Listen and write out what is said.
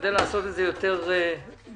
- נשתדל לעשות את זה יותר מהר.